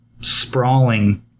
sprawling